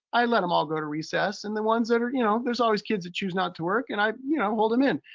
i let them all go to recess. and the ones that are, you know, there's always kids who choose not to work, and i you know hold them in.